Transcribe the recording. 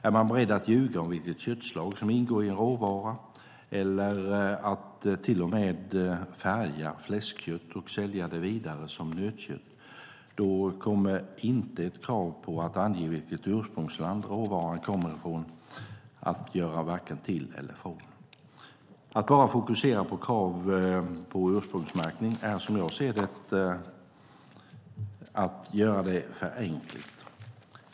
Är man beredd att ljuga om vilket köttslag som ingår i en råvara eller att till och med färga fläskkött och sälja det vidare som nötkött kommer inte ett krav på att ange vilket ursprungsland råvaran kommer från att göra vare sig till eller från. Att bara fokusera på krav på ursprungsmärkning är som jag ser det att göra det för enkelt.